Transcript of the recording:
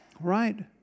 right